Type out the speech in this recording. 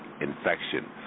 infection